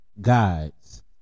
guides